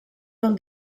del